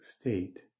state